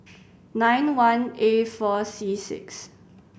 nine one A four C six